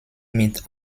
mit